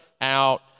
out